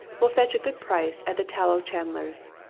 will fetch a good price at the tallow-chandler's.